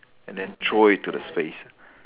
and then throw it to the space